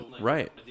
right